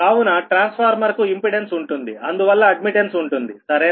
కావున transformer కు impedance ఉంటుంది అందువల్ల అడ్మిట్టన్స్ ఉంటుంది సరేనా